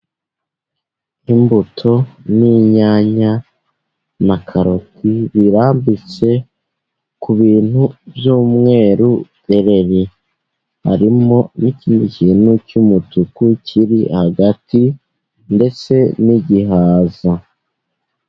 Imbuto n'inyanya na karoti birambitse ku bintu byumweru derereri . Harimo n'ikindi kintu cy'umutuku kiri hagati , ndetse n'igihaza.